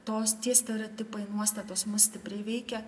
tos tie stereotipai nuostatos mus stipriai veikia